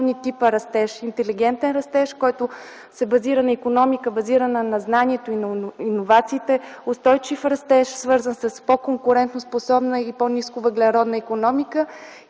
трите основни типа растеж: интелигентен растеж, който се базира на икономика, базирана на знанието и иновациите; устойчив растеж, свързан с по-конкурентноспособна и по-ниско въглеродна икономика